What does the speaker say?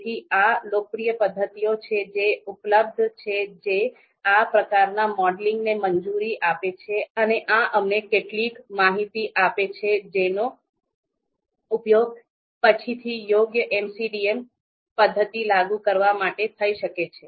તેથી આ લોકપ્રિય પદ્ધતિઓ છે જે ઉપલબ્ધ છે જે આ પ્રકારના મોડેલિંગને મંજૂરી આપે છે અને અમને કેટલીક માહિતી આપે છે જેનો ઉપયોગ પછીથી યોગ્ય MCDM પદ્ધતિ લાગુ કરવા માટે થઈ શકે છે